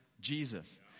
Jesus